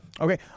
Okay